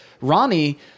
Ronnie